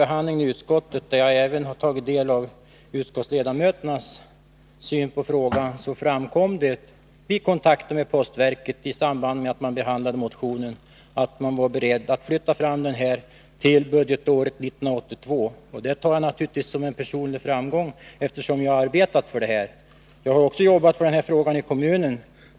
Enligt vad jag har erfarit framkom det vid kontakter med postverket i samband med att motionen behandlades i utskottet att man var beredd att tidigarelägga byggstarten till budgetåret 1982/83. Det tar jag naturligtvis som en personlig framgång, eftersom jag har arbetat för att få projektet förverkligat. Jag har också jobbat med frågan i kommunen.